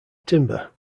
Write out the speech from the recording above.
timber